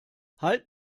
halt